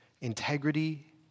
integrity